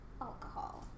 alcohol